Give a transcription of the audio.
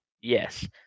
yes